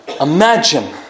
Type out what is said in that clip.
Imagine